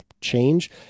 change